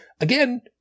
again